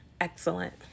excellent